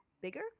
bigger